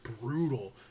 brutal